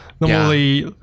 Normally